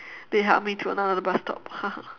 they helped me to another bus stop